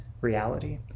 reality